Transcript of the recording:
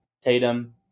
Tatum